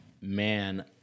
man